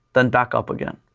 then back up again.